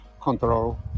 control